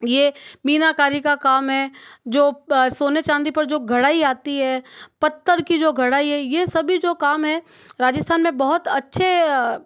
यह मीनाकारी का काम है जो सोने चांदी पर जो कढ़ाई आती है पत्थर की जो कढ़ाई है यह सभी जो काम है राजस्थान में बहुत अच्छे